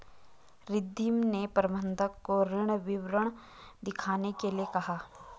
रिद्धी ने प्रबंधक को ऋण विवरण दिखाने के लिए कहा